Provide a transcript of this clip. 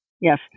yes